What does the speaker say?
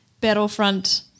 Battlefront